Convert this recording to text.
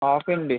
half అండి